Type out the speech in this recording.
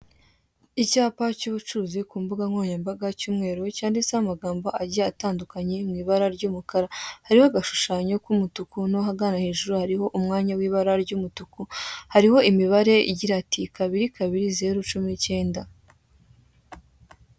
Icyapa cy'ubucuruzi kumbuga nkoranyambaga cy'umweru cyanditseho amagambo agiye atandukanye mu ibara ry'umukara, hariho agashushanyo k'umutuku no hagana hejuru hariho umwanya w'ibara ry'umutuku, hariho imibare igira ati kabiri kabiri zeru cumi n'ikenda